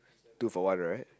two for one right